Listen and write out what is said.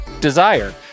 Desire